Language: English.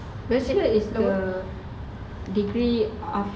bachelor is the degree aft~